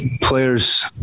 players